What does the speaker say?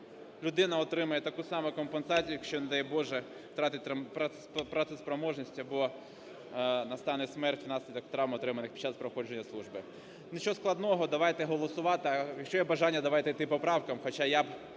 людина отримає таку саму компенсацію, якщо, не дай Боже, втратить працеспроможність або настане смерть внаслідок травм, отриманих під час проходження служби. Нічого складного. Давайте голосувати. Якщо є бажання, давайте йти по поправкам, хоча я б